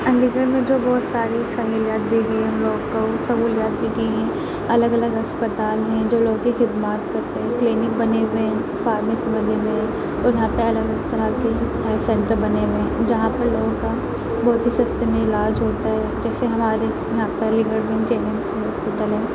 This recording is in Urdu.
علی گڑھ میں جو بہت ساری سہولیات دی گئی ہیں ہم لوگوں کو وہ سہولیات دی گئی ہیں الگ الگ اسپتال ہیں جو لوگوں کے خدمات کرتے ہیں کلینک بنے ہوئے ہیں فارمیسی بنی ہوئی ہے اور وہاں پہ الگ الگ طرح کے سینٹر بنے ہوئے ہیں جہاں پہ لوگوں کا بہت ہی سَستے میں علاج ہوتا ہے جیسے ہمارے یہاں کالج میں وینچر